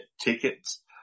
tickets